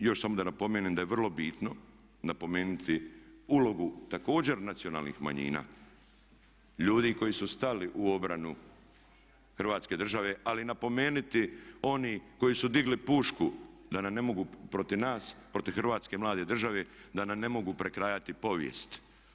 I još samo da napomenem da je vrlo bitno napomenuti ulogu također nacionalnih manjina, ljudi koji su stali u obranu Hrvatske države ali napomenuti one koji su digli pušku da nam ne mogu protiv nas, protiv Hrvatske mlade države, da nam ne mogu prekrajati povijest.